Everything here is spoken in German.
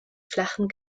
flachen